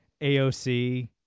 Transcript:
AOC